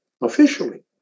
officially